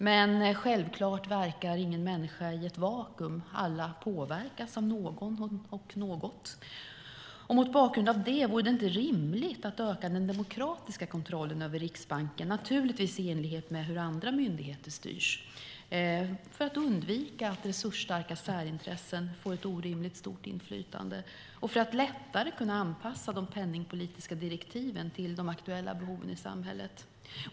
Men självklart verkar ingen människa i ett vakuum. Alla påverkas av någon eller något. Vore det inte, mot bakgrund av detta, rimligt att - naturligtvis i enlighet med hur andra myndigheter styrs - öka den demokratiska kontrollen över Riksbanken för att undvika att resursstarka särintressen får ett orimligt stort inflytande och för att lättare kunna anpassa de penningpolitiska direktiven till de aktuella behoven i samhället?